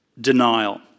denial